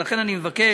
ולכן אני מבקש